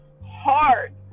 hard